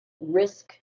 risk